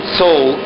soul